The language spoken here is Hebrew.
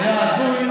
היה הזוי.